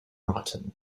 rotten